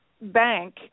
bank